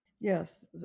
Yes